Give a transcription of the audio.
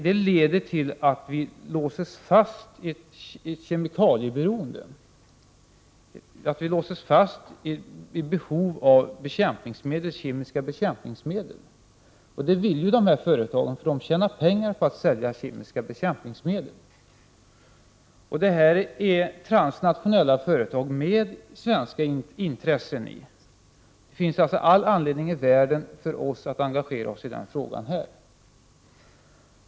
Det leder till att vi låses fast vid ett kemikalieberoende, vid behov av kemiska bekämpningsmedel. Det vill de företag som tillverkar dessa medel, eftersom de tjänar pengar på att sälja medlen. Dessa företag är transnationella med svenska intressen. Det finns alltså all anledning för oss här i riksdagen att engagera oss i den frågan.